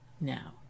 now